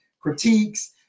critiques